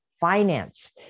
finance